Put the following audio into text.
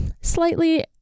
slightly